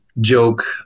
joke